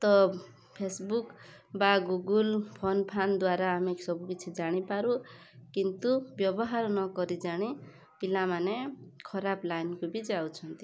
ତ ଫେସବୁକ୍ ବା Google phone ଫାନ୍ ଦ୍ୱାରା ଆମେ ସବୁ କିଛି ଜାଣିପାରୁ କିନ୍ତୁ ବ୍ୟବହାର ନ କରି ଜାଣି ପିଲାମାନେ ଖରାପ ଲାଇନ୍କୁ ବି ଯାଉଛନ୍ତି